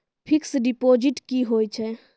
Fixed deposit की होय छै?